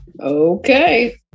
Okay